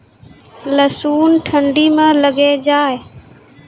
लहसुन ठंडी मे लगे जा?